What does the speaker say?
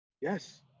Yes